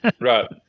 Right